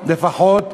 לפחות,